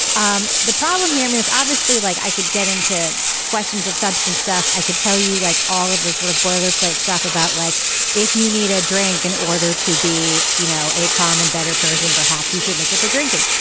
um the problem here i mean it's obviously like i could get into questions of substance stuff. i could tell you like all of this sort of boilerplate stuff about like if you need a drink in order to be you know a calm and better person perhaps you should look at the drinking.